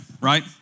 right